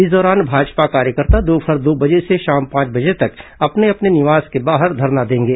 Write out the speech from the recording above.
इस दौरान भाजपा कार्यकर्ता दोपहर दो बजे से शाम पांच बजे तक अपने अपने निवास के बाहर धरना देंगे